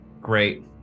Great